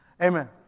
Amen